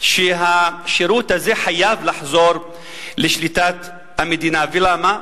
שהשירות הזה חייב לחזור לשליטת המדינה, ולמה?